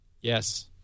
Yes